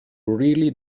really